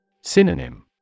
Synonym